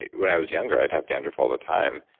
when i was younger i'd have dandruff all the time.